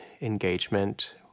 engagement